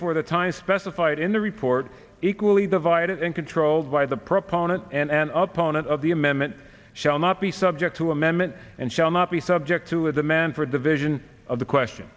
for the time specified in the report equally divided and controlled by the proponent and up on it of the amendment shall not be subject to amendment and shall not be subject to a demand for a division of the question